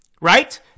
right